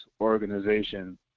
organization